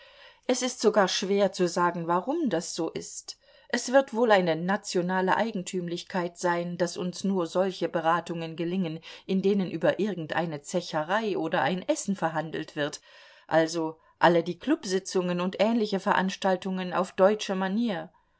es ist sogar schwer zu sagen warum das so ist es wird wohl eine nationale eigentümlichkeit sein daß uns nur solche beratungen gelingen in denen über irgendeine zecherei oder ein essen verhandelt wird also alle die klubsitzungen und ähnliche veranstaltungen auf deutsche manier